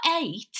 eight